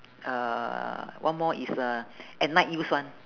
uh one more is uh at night use [one]